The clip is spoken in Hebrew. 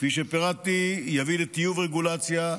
כפי שפירטתי, יביא לטיוב רגולציה,